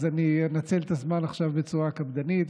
אז אני אנצל את הזמן עכשיו בצורה קפדנית.